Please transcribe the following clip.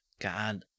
God